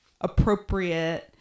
appropriate